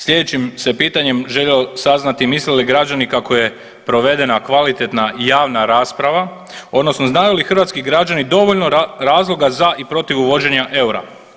Slijedećim se pitanjem željelo saznati misle li građani kako je provedena kvalitetna javna rasprava odnosno znaju li hrvatski građani dovoljno razloga za i protiv uvođenja eura?